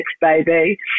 baby